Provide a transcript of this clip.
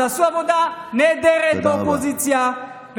תעשו עבודה נהדרת באופוזיציה תודה רבה.